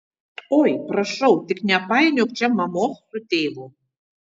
oi prašau tik nepainiok čia mamos su tėvu